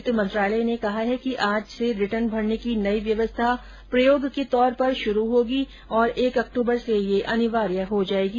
वित्त मंत्रालय ने कहा है कि आज से रिटर्न भरने की नई व्यवस्था प्रयोग के तौर पर शुरू होगी और एक अक्टूबर से यह अनिवार्य हो जायेगी